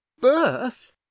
birth